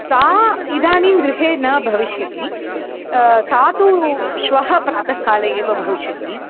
सा इदानीं गृहे न भविष्यति सा तु श्वः प्रातःकाले एव भविष्यति